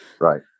Right